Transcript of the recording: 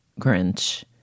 Grinch